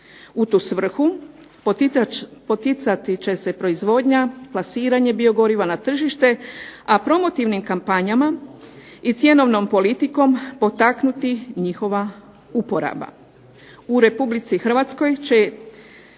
U tu svrhu poticati će se proizvodnja plasiranje biogoriva na tržište a promotivnim kampanjama i cjenovnom politikom potaknuti njihova uporaba. U Republici Hrvatskoj će